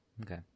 Okay